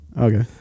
Okay